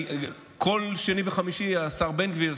כל שני וחמישי השר בן גביר,